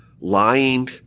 lying